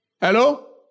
Hello